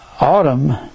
autumn